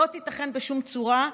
לא תיתכן בשום צורה.